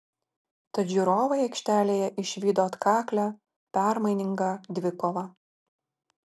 tad žiūrovai aikštėje išvydo atkaklią permainingą dvikovą